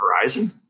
horizon